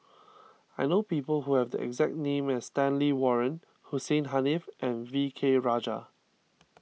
I know people who have the exact name as Stanley Warren Hussein Haniff and V K Rajah